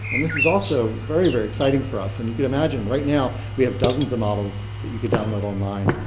and this is also very, very exciting for us. and you can imagine, right now we have dozens of models that you can download online.